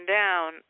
down